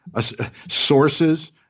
sources